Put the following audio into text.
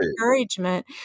encouragement